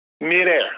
midair